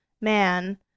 man